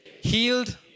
healed